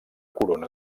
corona